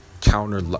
Counter